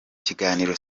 kiganiro